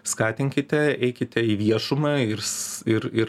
skatinkite eikite į viešumą irs ir ir